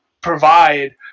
provide